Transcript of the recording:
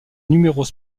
numéros